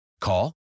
Call